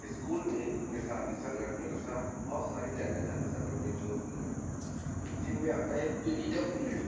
school میں نصابی سرگرمیوں کے ساتھ بہت ساری غیر نصابی سرگرمیاں بھی ہوتی ہیں جن میں آتا ہے ایک پی ٹی کا پیرئیڈ